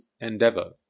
endeavor